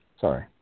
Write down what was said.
sorry